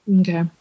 Okay